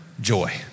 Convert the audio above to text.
Joy